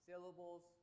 syllables